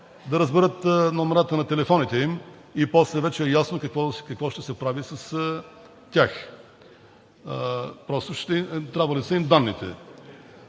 да разберат номерата на телефоните им и после вече е ясно какво ще се прави с тях. Трябвали са им данните.